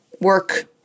work